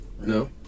No